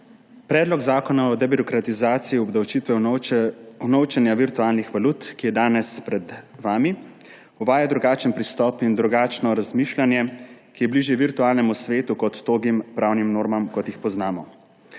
Predlog zakona o debirokratizaciji obdavčitve unovčenja virtualnih valut, ki je danes pred vami, uvaja drugačen pristop in drugačno razmišljanje, ki je bližje virtualnemu svetu kot togim pravnim normam, kot jih poznamo.